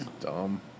dumb